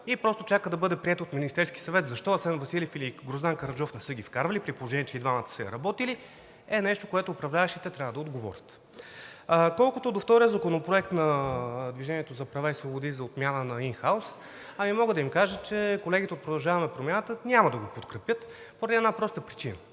и просто чака да бъде приета от Министерския съвет. Защо Асен Василев или Гроздан Караджов не са ги вкарали, при положение че и двамата са я работили, е нещо, на което управляващите трябва да отговорят. Колкото до втория законопроект – на „Движение за права и свободи“, за отмяна на ин хаус, мога да им кажа, че колегите от „Продължаваме Промяната“ няма да го подкрепят по една проста причина: